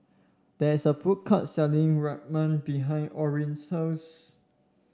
there is a food court selling Rajma behind Orrin's house